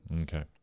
Okay